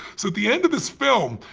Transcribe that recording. so at the end of this film,